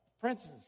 princes